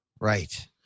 Right